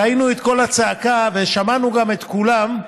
ראינו, ושמענו את קול הצעקה וגם שמענו את כולם: